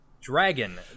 Dragon